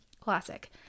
Classic